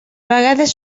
vegades